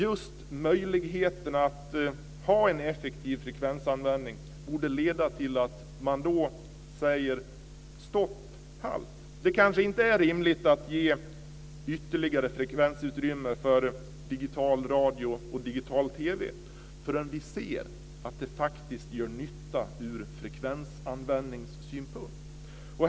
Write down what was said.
Just möjligheten att ha en effektiv frekvensanvändning borde leda till att man då säger: "Stopp! Halt!" Det kanske inte är rimligt att ge ytterligare frekvensutrymme för digital radio och digital TV förrän vi ser att det faktiskt gör nytta ur frekvensanvändningssynpunkt.